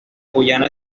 guayana